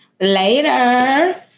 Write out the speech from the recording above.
Later